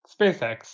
SpaceX